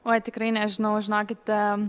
oi tikrai nežinau žinokite